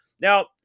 Now